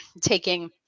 taking